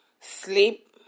sleep